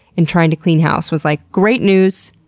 in trying to clean house was like, great news.